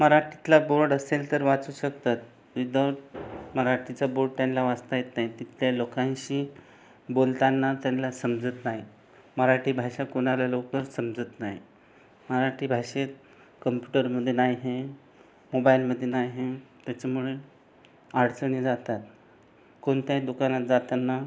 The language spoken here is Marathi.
मराठीतला बोर्ड असेल तर वाचू शकतात विदाउट मराठीचा बोर्ड त्यांना वाचता येत नाही तिथल्या लोकांशी बोलताना त्यांना समजत नाही मराठी भाषा कोणाला लवकर समजत नाही मराठी भाषेत कम्प्युटरमध्ये नाही मोबाइलमध्ये नाही त्याच्यामुळे अडचणी जातात कोणत्याही दुकानात जाताना